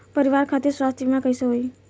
परिवार खातिर स्वास्थ्य बीमा कैसे होई?